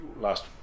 last